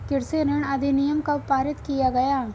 कृषि ऋण अधिनियम कब पारित किया गया?